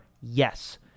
Yes